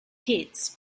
hits